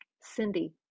Cindy